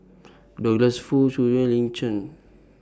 Douglas Foo Zhu Xu and Lin Chen